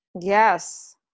Yes